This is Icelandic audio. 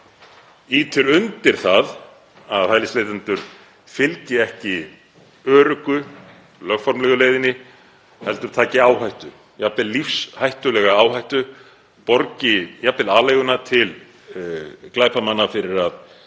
ýtir undir að hælisleitendur fylgi ekki öruggu, lögformlegu leiðinni heldur taki áhættu, jafnvel lífshættulega áhættu, og borgi jafnvel aleiguna til glæpamanna fyrir að